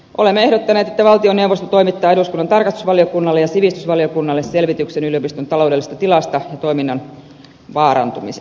olemme ehdottaneet että valtioneuvosto toimittaa eduskunnan tarkastusvaliokunnalle ja sivistysvaliokunnalle selvityksen yliopiston taloudellisesta tilasta ja toiminnan vaarantumisesta